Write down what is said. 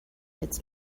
its